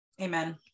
Amen